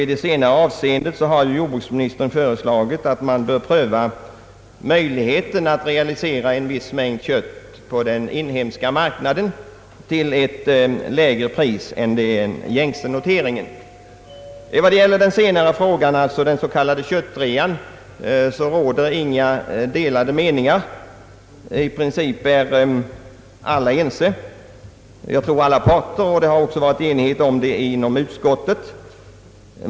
I det senare avseendet har jordbruksministern föreslagit att möjligheten bör prövas att realisera en viss mängd kött på den inhemska marknaden till ett lägre pris än den gängse noteringen. Beträffande den senare frågan, alltså den s. k, köttrean, råder inga delade meningar. I princip är alla parter ense, och det har också varit enighet i utskottet.